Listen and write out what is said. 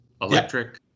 Electric